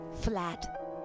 flat